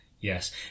yes